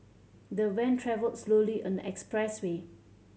the van travelled slowly on the expressway